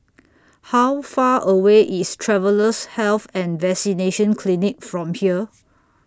How Far away IS Travellers' Health and Vaccination Clinic from here